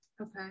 Okay